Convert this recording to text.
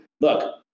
look